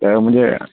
त मुंहिंजे